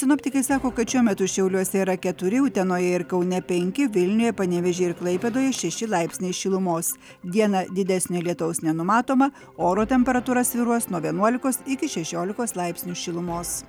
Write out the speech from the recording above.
sinoptikai sako kad šiuo metu šiauliuose yra keturi utenoje ir kaune penki vilniuje panevėžyje ir klaipėdoje šeši laipsniai šilumos dieną didesnio lietaus nenumatoma oro temperatūra svyruos nuo vienuolikos iki šešiolikos laipsnių šilumos